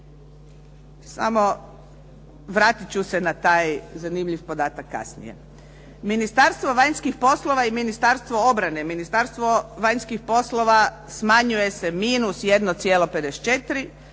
Samo vratit ću se na taj zanimljiv podatak kasnije. Ministarstvo vanjskih poslova i Ministarstvo obrane. Ministarstvo vanjskih poslova smanjuje se -1,54,